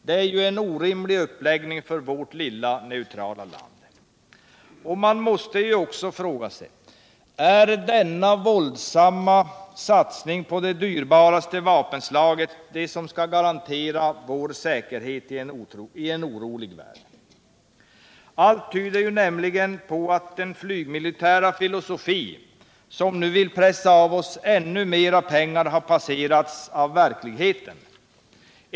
Detta är ju en orimlig uppläggning för vårt lilla neutrala land. Man måste fråga sig: Är det denna våldsamma satsning på det dyrbaraste vapenslaget som skall garantera vår säkerhet i en orolig värld? Allt tyder nämligen på att den flygmilitära filosofi som vill pressa oss på ännu mer pengar har passerats av verkligheten.